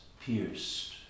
pierced